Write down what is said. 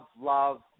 love